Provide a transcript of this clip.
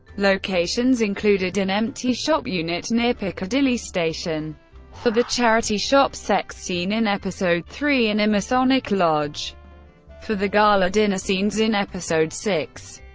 locations included an empty shop unit near piccadilly station for the charity shop sex scene in episode three and a masonic lodge for the gala dinner scenes in episode six.